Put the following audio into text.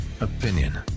opinion